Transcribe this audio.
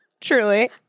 truly